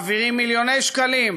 מעבירים מיליוני שקלים,